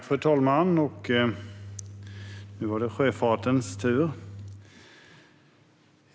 Fru talman! Nu var det sjöfartens tur.